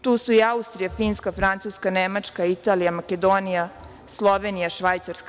Tu su i Austrija, Finska, Francuska, Nemačka, Italija, Makedonija, Slovenija, Švajcarska.